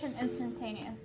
instantaneous